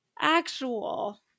actual